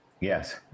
Yes